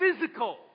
physical